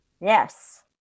yes